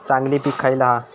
चांगली पीक खयला हा?